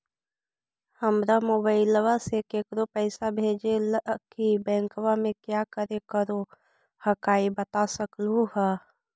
हमरा मोबाइलवा से केकरो पैसा भेजे ला की बैंकवा में क्या करे परो हकाई बता सकलुहा?